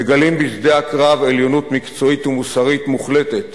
מגלים בשדה הקרב עליונות מקצועית ומוסרית מוחלטת